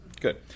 Good